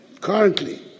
Currently